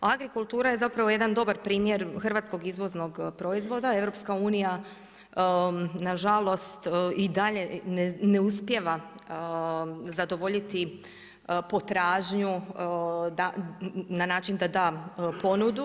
Agrikultura je zapravo jedan dobar primjer hrvatskog izvoznog proizvoda, EU nažalost i dalje ne uspijeva zadovoljiti potražnju na način da da ponudu.